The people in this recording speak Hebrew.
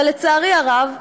אבל לצערי הרב,